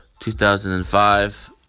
2005